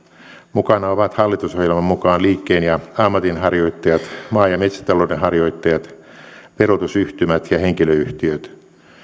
mukana ovat hallitusohjelman mukaan liikkeen ja ammatinharjoittajat maa ja metsätalouden harjoittajat verotusyhtymät ja henkilöyhtiöt